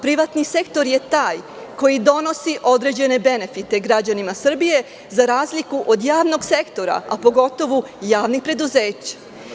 Privatni sektor je taj koji donosi određene benefite građanima Srbije, za razliku od javnog sektora, a pogotovo javnih preduzeća.